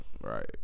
Right